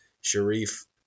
Sharif